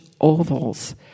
ovals